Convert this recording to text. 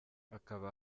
akaba